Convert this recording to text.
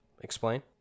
Explain